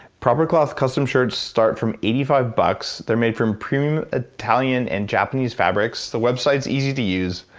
proper cloth custom shirts start from eighty five bucks. they're made from premium italian and japanese fabrics. the website's easy to use,